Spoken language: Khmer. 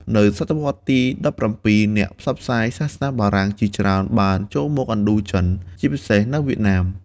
នៅសតវត្សរ៍ទី ១៧ អ្នកផ្សព្វផ្សាយសាសនាបារាំងជាច្រើនបានចូលមកឥណ្ឌូចិន ជាពិសេសនៅវៀតណាម។